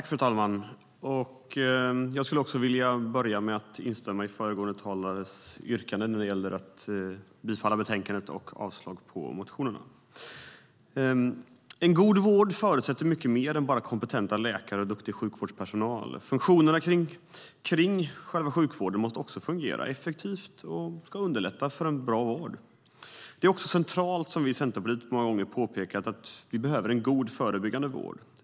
Fru talman! Jag skulle vilja börja med att instämma i föregående talares yrkanden i fråga om bifall till förslaget i betänkandet och avslag på motionerna. En god vård förutsätter mycket mer än bara kompetenta läkare och duktig sjukvårdspersonal. Funktionerna runt sjukvården måste också fungera effektivt och underlätta en bra vård. Det är också centralt, som vi i Centerpartiet många gånger påpekat, att vi behöver en god förebyggande vård.